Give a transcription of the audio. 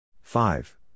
Five